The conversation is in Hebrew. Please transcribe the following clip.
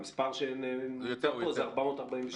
המספר שנמצא פה זה 446,000,